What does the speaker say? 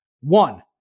One